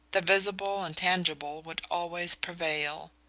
the visible and tangible would always prevail.